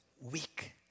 weak